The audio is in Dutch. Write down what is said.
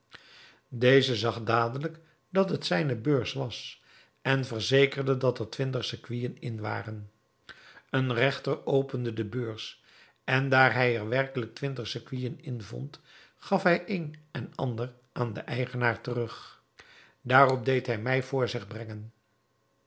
deze zag dadelijk dat het zijne beurs was en verzekerde dat er twintig sequinen in waren een regter opende de beurs en daar hij er werkelijk twintig sequinen in vond gaf hij een en ander aan den eigenaar terug daarop deed hij mij voor zich brengen